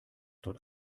dort